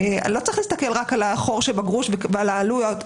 לא צריך להסתכל רק על החור שבגרוש ועל העלויות.